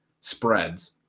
spreads